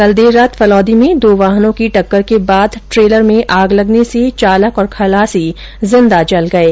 कल देर रात फलौदी में दो वाहनों की टक्कर के बाद ट्रेलर में आग लगने से चालक और खलासी जिंदा जल गये